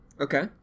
Okay